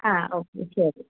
ആ ഓക്കെ ശരി